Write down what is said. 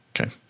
okay